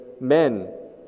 Men